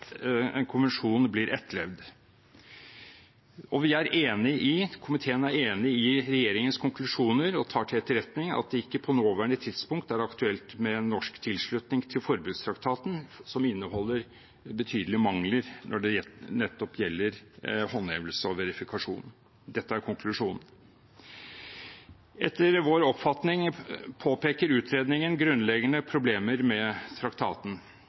en konvensjon blir etterlevd. Komiteen er enig i regjeringens konklusjoner og tar til etterretning at det ikke på det nåværende tidspunkt er aktuelt med norsk tilslutning til forbudstraktaten, som inneholder betydelige mangler når det nettopp gjelder håndhevelse og verifikasjon. Dette er konklusjonen. Etter vår oppfatning påpeker utredningen grunnleggende problemer med traktaten.